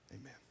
Amen